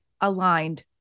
aligned